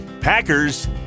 packers